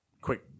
quick